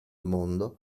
mondo